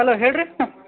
hello ಹೇಳ್ರೀ ಹಾಂ